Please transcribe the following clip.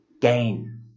gain